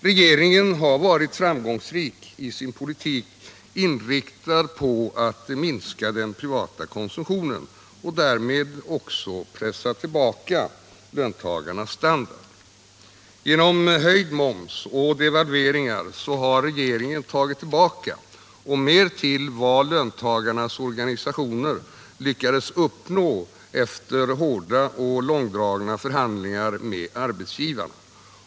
Regeringen har varit framgångsrik i sin politik, inriktad på att minska den privata konsumtionen och därmed pressa tillbaka löntagarnas standard! Genom höjd moms och devalveringar har regeringen tagit tillbaka, och mer till, vad löntagarnas organisationer lyckades uppnå efter hårda och långdragna förhandlingar med arbetsgivarna.